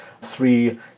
three